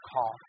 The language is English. call